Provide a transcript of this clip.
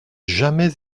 jamais